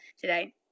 today